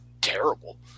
terrible